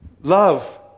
love